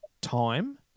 time